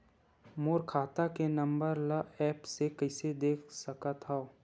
मोर खाता के नंबर ल एप्प से कइसे देख सकत हव?